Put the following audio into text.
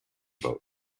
boat